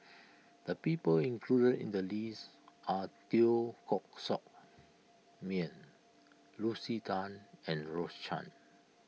the people included in the list are Teo Koh Sock Miang Lucy Tan and Rose Chan